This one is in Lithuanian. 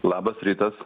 labas rytas